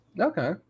Okay